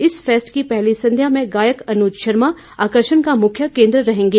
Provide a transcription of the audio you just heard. इस फेस्ट की पहली संध्या में गायक अनुज शर्मा आकर्षण का मुख्य केंद्र रहेंगे